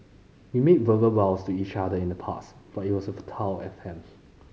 we made verbal vows to each other in the past but it was a futile attempt